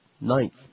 Ninth